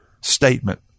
statement